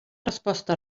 resposta